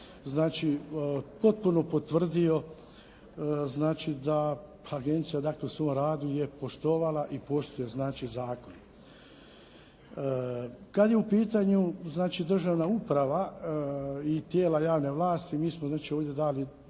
znači potpuno potvrdio znači da agencija dakle u svom radu je poštovala i poštuje znači zakon. Kad je u pitanju znači državna uprava i tijela javne vlasti mi smo znači ovdje dali znači